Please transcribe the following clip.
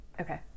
Okay